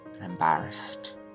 embarrassed